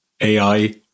AI